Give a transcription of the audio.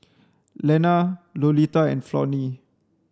Lena Lolita and Flonnie